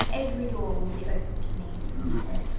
every door will be opened to me he said.